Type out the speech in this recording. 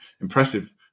impressive